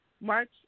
March